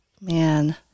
Man